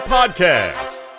Podcast